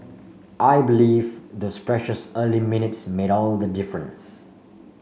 I believe those precious early minutes made all the difference